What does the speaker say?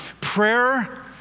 prayer